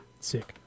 Sick